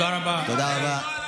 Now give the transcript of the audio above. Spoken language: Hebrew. תודה רבה.